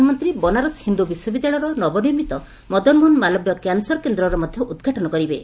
ପ୍ରଧାନମନ୍ତ୍ରୀ ବନାରସ୍ ହିନ୍ଦ୍ର ବିଶ୍ୱବିଦ୍ୟାଳୟର ନବନର୍ମିତ ମଦନମୋହନ ମାଲବ୍ୟ କ୍ୟାନସର କେନ୍ଦ୍ରର ମଧ୍ୟ ଉଦ୍ଘାଟନ କରିବେ